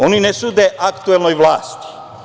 Oni ne sude aktuelnoj vlasti.